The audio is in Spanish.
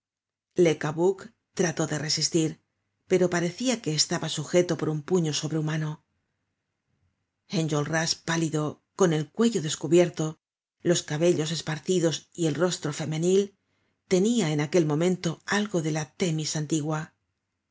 cabuc trató de resistir pero parecia que estaba sujeto por un puño sobrehumano enjolras pálido con el cuello descubierto los cabellos esparcidos y el rostro femenil tenia en aquel momento algo de la témis antigua sus